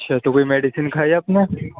اچھا تو کوئی میڈیسن کھائی آپ نے